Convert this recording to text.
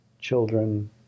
children